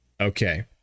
Okay